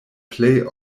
plej